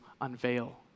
unveil